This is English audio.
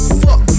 fuck